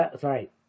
sorry